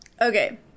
Okay